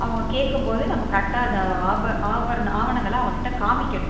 அவங்க கேட்கும்போது நம்ம கரெக்டாக இந்த ஆப ஆவர்ண ஆவணங்களை அவங்கக்கிட்ட காமிக்கணும்